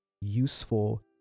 useful